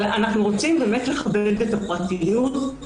אנחנו רוצים לכבד את הפרטיות.